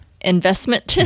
investment